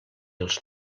els